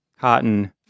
cotton